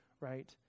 right